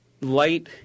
light